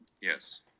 Yes